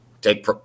take